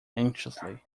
anxiously